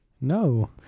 No